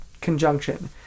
conjunction